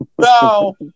No